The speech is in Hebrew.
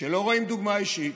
כשלא רואים דוגמה אישית,